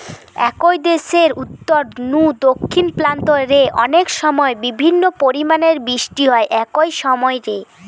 একই দেশের উত্তর নু দক্ষিণ প্রান্ত রে অনেকসময় বিভিন্ন পরিমাণের বৃষ্টি হয় একই সময় রে